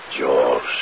George